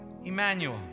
Emmanuel